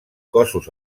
cossos